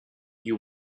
you